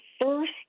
first